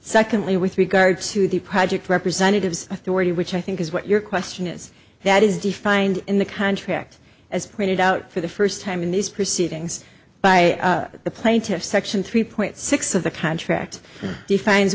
secondly with regard to the project representatives authority which i think is what your question is that is defined in the contract as printed out for the first time in these proceedings by the plaintiffs section three point six of the contract defines